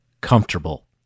comfortable